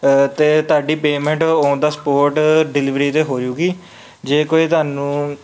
ਅਤੇ ਤੁਹਾਡੀ payment on the spot delivery 'ਤੇ ਹੋ ਜੂਗੀ ਜੇ ਕੋਈ ਤੁਹਾਨੂੰ